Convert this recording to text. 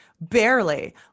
Barely